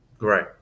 right